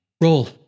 Roll